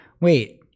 wait